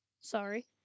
Sorry